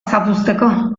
zapuzteko